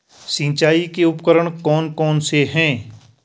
सिंचाई के उपकरण कौन कौन से हैं?